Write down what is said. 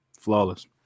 Flawless